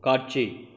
காட்சி